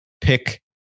pick